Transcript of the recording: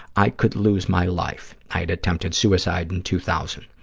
i could lose my life. i had attempted suicide in two thousand.